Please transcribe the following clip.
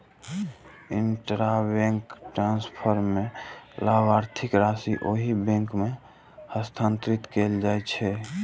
intrabank transfer मे लाभार्थीक राशि ओहि बैंक मे हस्तांतरित कैल जाइ छै